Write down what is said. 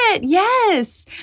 yes